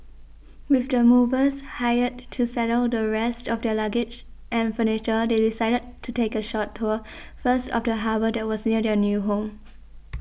with the movers hired to settle the rest of their luggage and furniture they decided to take a short tour first of the harbour that was near their new home